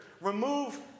Remove